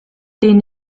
den